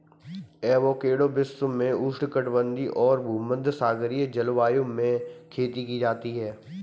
avocado विश्व में उष्णकटिबंधीय और भूमध्यसागरीय जलवायु में खेती की जाती है